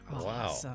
wow